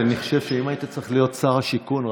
אני חושב שאם היית צריך להיות שר השיכון,